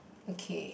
okay